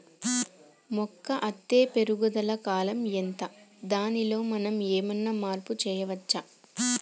మొక్క అత్తే పెరుగుదల కాలం ఎంత దానిలో మనం ఏమన్నా మార్పు చేయచ్చా?